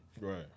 Right